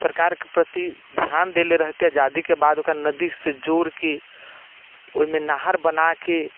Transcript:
सरकारके प्रति ध्यान देने रहितै आजादीके बाद ओकरा नदीसँ जोड़िके ओहिमे नहर बना कऽ